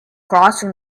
crossing